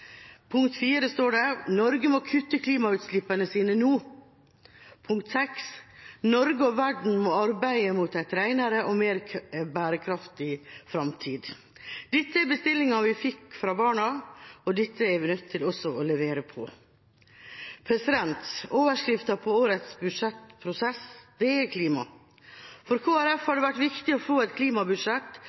Punkt 4: Norge må kutte klimagassutslippene sine nå! Punkt 6: Norge og verden må jobbe mot en renere og mer bærekraftig fremtid! Dette er bestillingen vi fikk fra barna, og dette er vi også nødt til å levere på. Overskriften på årets budsjettprosess er klima. For Kristelig Folkeparti har det vært viktig å få et klimabudsjett